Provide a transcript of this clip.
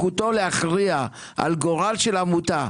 שסמכותו להכריע על גורל של עמותה,